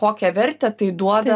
kokią vertę tai duoda